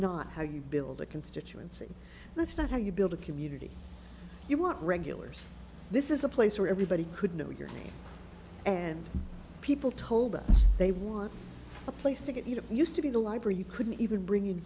not how you build a constituency that's not how you build a community you want regulars this is a place where everybody could know your name and people told us they want a place to get you used to be the library you couldn't even bring in